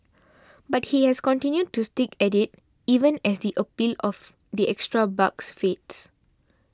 but he has continued to stick at it even as the appeal of the extra bucks fades